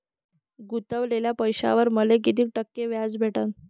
गुतवलेल्या पैशावर मले कितीक टक्के व्याज भेटन?